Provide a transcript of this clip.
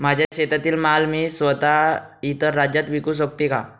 माझ्या शेतातील माल मी स्वत: इतर राज्यात विकू शकते का?